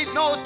no